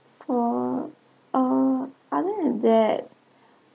for uh other than that